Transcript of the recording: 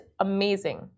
amazing